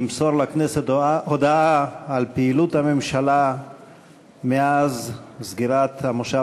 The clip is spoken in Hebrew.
למסור לכנסת הודעה על פעילות הממשלה מאז סגירת המושב